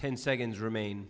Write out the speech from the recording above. ten seconds remain